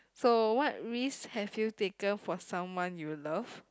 so what risk have you taken for someone you love